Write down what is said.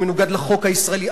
הוא מנוגד לחוק הישראלי.